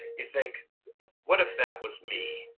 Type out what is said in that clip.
you think what if that was me?